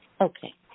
Okay